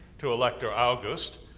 to elector august,